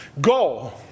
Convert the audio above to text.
Go